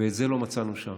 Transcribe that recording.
ואת זה לא מצאנו שם.